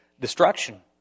destruction